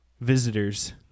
visitors